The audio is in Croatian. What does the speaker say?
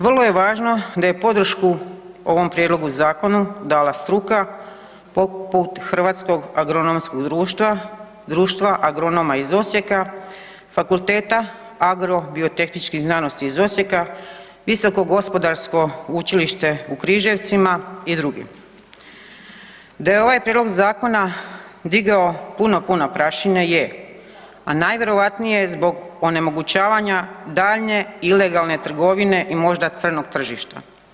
Vrlo je važno da je podršku ovom prijedlogu zakona dala struka poput Hrvatskog agronomskog društva, Društva agronoma iz Osijeka, Fakulteta Agro-biotehničkih znanosti iz Osijeka, Visokog gospodarsko učilište u Križevcima i dr. Da je ovaj prijedlog zakona digao puno, puno prašine je, ali najvjerojatnije zbog onemogućavanja daljnje ilegalne trgovine i možda crnog tržišta.